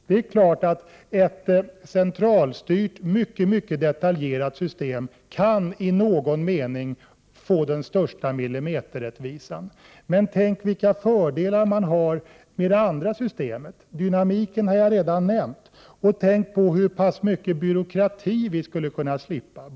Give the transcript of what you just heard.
Det är klart att man med ett mycket detaljerat och centralstyrt system kan i någon mening få den största millimeterrättvisan. Men tänk på vilka fördelar som finns med det andra systemet — jag har redan nämnt dynamiken — och på hur mycken byråkrati vi skulle kunna slippa.